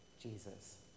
Jesus